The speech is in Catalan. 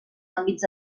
àmbits